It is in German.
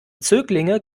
zöglinge